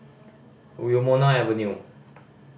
Wilmonar Avenue